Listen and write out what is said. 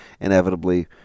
inevitably